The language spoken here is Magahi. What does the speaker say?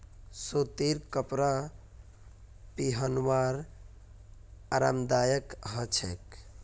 सूतीर कपरा पिहनवार आरामदायक ह छेक